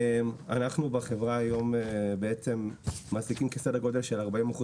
אנחנו בחברה היום מעסיקים סדר גודל של כ-40%